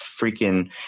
freaking